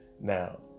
Now